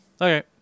Okay